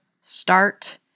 Start